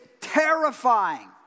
terrifying